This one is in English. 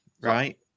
Right